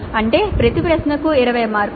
అంటే ప్రతి ప్రశ్నలు 20 మార్కులకు